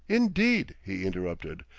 indeed, he interrupted,